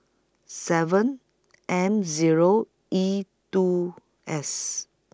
seven M Zero E two S